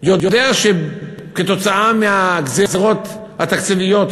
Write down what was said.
יודע שכתוצאה מהגזירות התקציביות,